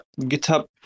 github